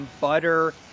butter